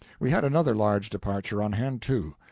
we had another large departure on hand, too.